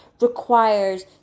requires